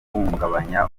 guhungabanya